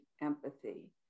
empathy